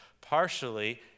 partially